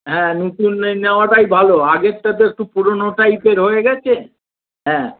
হ্যাঁ নতুন নিয়ে নেওয়াটাই ভালো আগেরটা তো একটু পুরোনো টাইপের হয়ে গেছে হ্যাঁ